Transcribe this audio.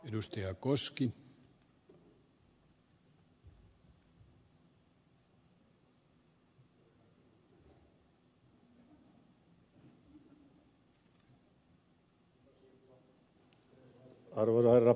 arvoisa herra puhemies